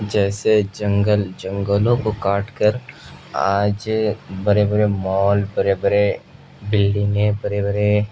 جیسے جنگل جنگلوں کو کاٹ کر آج بڑے بڑے مال بڑے بڑے بلڈنگیں بڑے بڑے